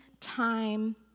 time